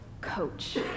coach